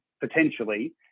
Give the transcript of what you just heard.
potentially